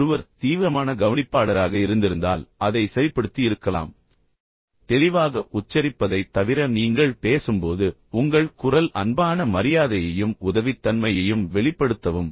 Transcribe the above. ஒருவர் தீவிரமான கவனிப்பாளராக இருந்திருந்தால் அதை சரிப்படுத்தி இருக்கலாம் தெளிவாக உச்சரிப்பதைத் தவிர நீங்கள் பேசும்போது உங்கள் குரல் அன்பான மரியாதையையும் உதவித்தன்மையையும் வெளிப்படுத்தவும்